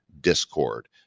Discord